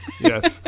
Yes